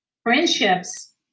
friendships